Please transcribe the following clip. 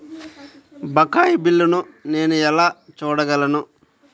బకాయి బిల్లును నేను ఎలా చూడగలను?